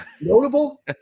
Notable